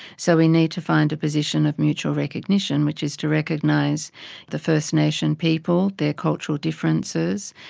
so we need to find a position of mutual recognition, which is to recognise the first nation people, their cultural differences,